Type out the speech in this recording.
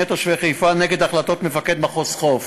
תושבי חיפה נגד החלטות מפקד מחוז חוף,